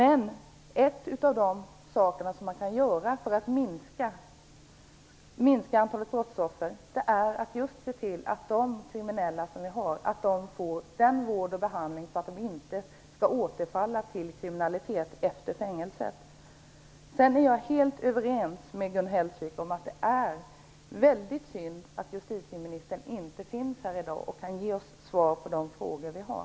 En sak som man kan göra för att minska antalet brottsoffer är att man ser till att de kriminella får vård och behandling, så att de inte återfaller till kriminalitet efter fängelsevistelsen. Jag är helt överens med Gun Hellsvik om att det är mycket synd att justitieministern inte finns här i dag och kan ge oss svar på de frågor som vi har.